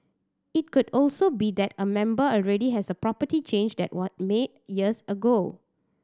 it could also be that a member already has a property change that was made years ago